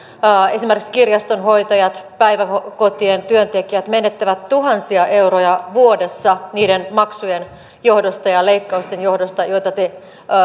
esimerkiksi kirjastonhoitajat ja päiväkotien työntekijät menettävät tuhansia euroja vuodessa niiden maksujen ja leikkausten johdosta joita te